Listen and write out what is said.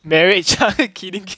marriage kidding kidding